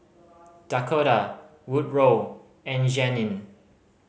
Dakotah Woodroe and Jeannine